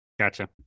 Gotcha